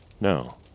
No